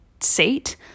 seat